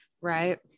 right